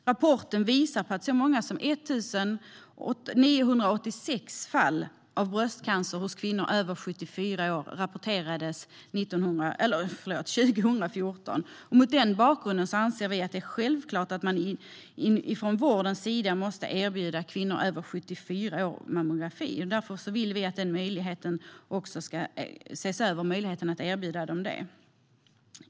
Rapporten visar att så många som 1 986 fall av bröstcancer hos kvinnor över 74 år rapporterades under 2014. Mot den bakgrunden anser vi att det är självklart att man från vårdens sida måste erbjuda kvinnor över 74 år mammografi. Därför vill vi att möjligheten att erbjuda dem det ses över.